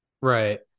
Right